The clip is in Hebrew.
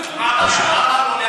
מה הבעיה עם חקירה?